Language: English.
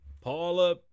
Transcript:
paula